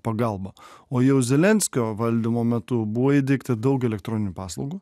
pagalba o jau zelenskio valdymo metu buvo įdiegta daug elektroninių paslaugų